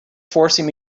forcing